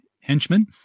henchmen